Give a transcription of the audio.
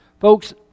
Folks